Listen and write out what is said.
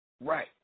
Right